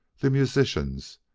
the musicians,